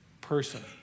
person